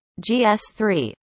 GS-3